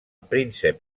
príncep